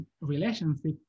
relationship